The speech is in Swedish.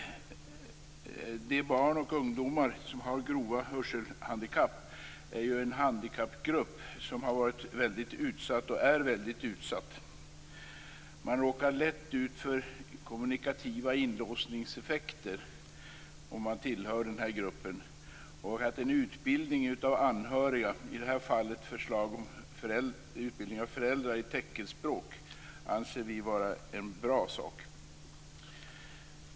De barn och ungdomar som har grova hörselhandikapp utgör en handikappgrupp som har varit och är väldigt utsatt. Man råkar lätt ut för kommunikativa inlåsningseffekter om man tillhör denna grupp. Vi anser att en utbildning av anhöriga i teckenspråk, i detta fall föräldrar, är en bra sak.